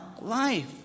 life